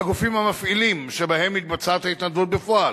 הגופים המפעילים שבהם מתבצעת ההתנדבות בפועל,